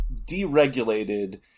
deregulated